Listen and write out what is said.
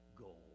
goal